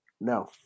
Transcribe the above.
No